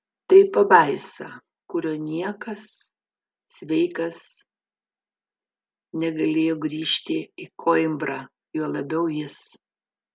tai pabaisa kuriuo niekas sveikas negalėjo grįžti į koimbrą juo labiau jis